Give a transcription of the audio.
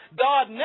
God